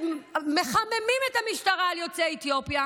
ומחממים את המשטרה על יוצאי אתיופיה,